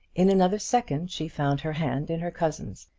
in another second she found her hand in her cousin's,